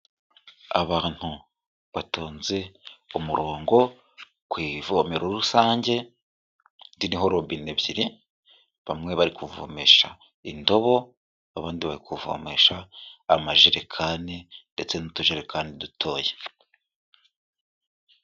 Abantu batonze umurongo ku ivomero rusange ririho robine ebyiri, bamwe bari kuvomesha indobo, abandi bari kuvomesha amajerekani ndetse n'utujerekani dutoya.